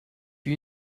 you